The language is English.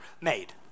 made